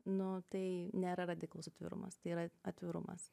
nu tai nėra radikalus atvirumas tai yra atvirumas